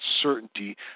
certainty